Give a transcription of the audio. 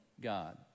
God